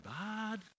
bad